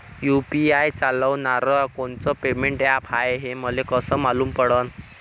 UPI चालणारं कोनचं payment app हाय, हे मले कस मालूम पडन?